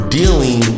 dealing